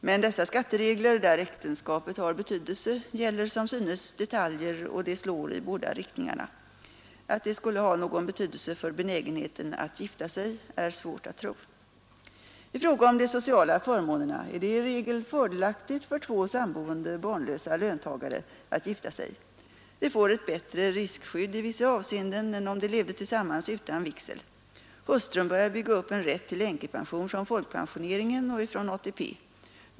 Men dessa skatteregler, där äktenskapet har betydelse, gäller som synes detaljer och de slår i båda riktningarna. Att de skulle ha någon betydelse för benägenheten att gifta sig är svårt att tro. I fråga om de sociala förmånerna är det i regel fördelaktigt för två samboende barnlösa löntagare att gifta sig. De får ett bättre riskskydd i vissa avseenden om de levde tillsammans utan vigsel. Hustrun börjar bygga upp en rätt till änkepension från folkpensioneringen och från ATP.